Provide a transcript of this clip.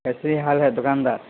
کیسی حال ہے دکاندار